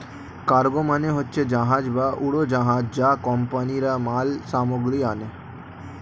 cargo মানে হচ্ছে জাহাজ বা উড়োজাহাজ যা কোম্পানিরা মাল সামগ্রী আনে